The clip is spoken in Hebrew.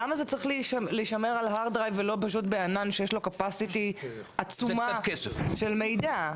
למה זה צריך להישמר ב-hard drive ולא בענן שיש לו תכולה עצומה של מידע?